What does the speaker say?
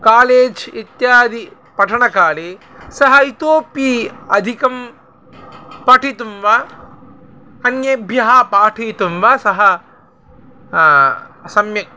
college इत्यादि पठनकाले सः इतोपि अधिकं पठितुं वा अन्येभ्यः पाठयितुं वा सः सम्यक्